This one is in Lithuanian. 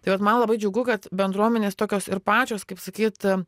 tai vat man labai džiugu kad bendruomenės tokios ir pačios kaip sakyt